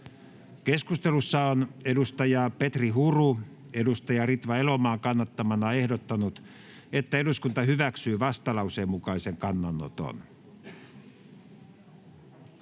Keskustelussa on Petri Huru Ritva Elomaan kannattamana ehdottanut, että eduskunta hyväksyy vastalauseen mukaisen kannanoton.